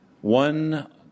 one